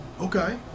Okay